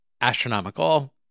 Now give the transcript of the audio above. astronomical